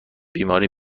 بیماری